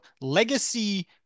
legacy